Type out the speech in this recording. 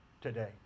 today